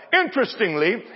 Interestingly